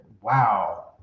wow